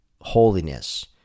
holiness